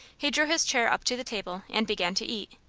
he drew his chair up to the table and began to eat.